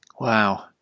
Wow